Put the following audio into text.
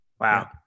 wow